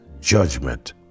judgment